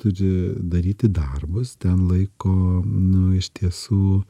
turi daryti darbus ten laiko nu iš tiesų